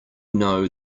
know